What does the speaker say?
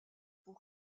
pour